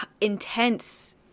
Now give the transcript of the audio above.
intense